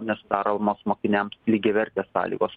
nesudaromos mokiniams lygiavertės sąlygos